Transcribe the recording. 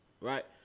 right